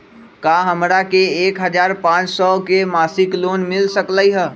का हमरा के एक हजार पाँच सौ के मासिक लोन मिल सकलई ह?